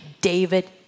David